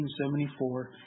1974